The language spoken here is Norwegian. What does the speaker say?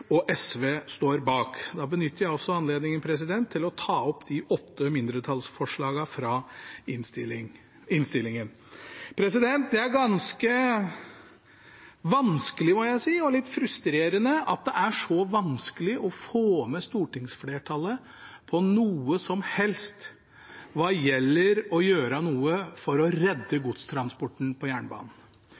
og SV står bak. Da benytter jeg anledningen til å ta opp de åtte mindretallsforslagene fra innstillingen. Det er ganske vanskelig, må jeg si, og litt frustrerende at det er så vanskelig å få stortingsflertallet med på noe som helst hva gjelder å gjøre noe for å redde godstransporten på